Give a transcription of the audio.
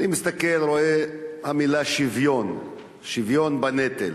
אני מסתכל ורואה את המלה שוויון, שוויון בנטל.